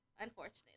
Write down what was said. unfortunately